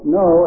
no